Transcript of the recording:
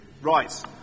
Right